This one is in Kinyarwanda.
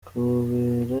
kabera